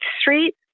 street